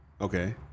Okay